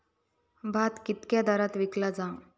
भात कित्क्या दरात विकला जा?